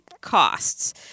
costs